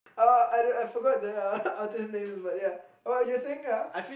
uh I I forgot the artist's name what you were saying ah